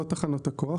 לא תחנות הכוח,